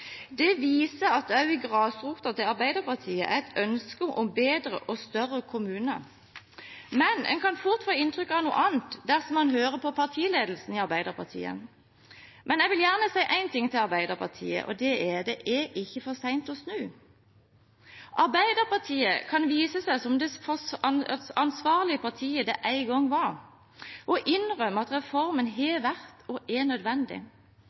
Det viser at også på grasroten til Arbeiderpartiet er det et ønske om bedre og større kommuner. Men en kan fort få inntrykk av noe annet dersom man hører på partiledelsen i Arbeiderpartiet. Jeg vil gjerne si en ting til Arbeiderpartiet, og det er: Det er ikke for sent å snu. Arbeiderpartiet kan vise seg som det ansvarlige partiet det en gang var, og innrømme at reformen har vært og er nødvendig.